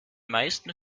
meisten